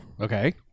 okay